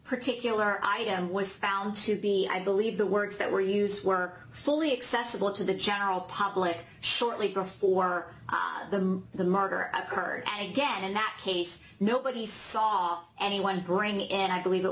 particular item was found to be i believe the words that were use were fully accessible to the general public shortly before the murder of occurred and again in that case nobody saw anyone growing it i believe it